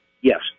Yes